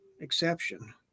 exception